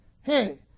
hey